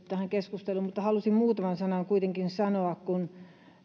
tähän keskusteluun mutta halusin muutaman sanan kuitenkin sanoa kun